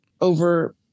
over